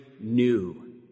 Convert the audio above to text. new